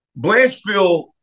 Blanchfield